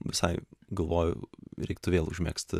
visai galvoju reiktų vėl užmegzt